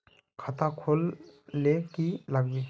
खाता खोल ले की लागबे?